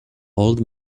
old